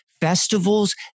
Festivals